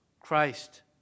Christ